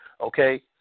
Okay